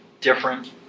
different